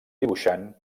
dibuixant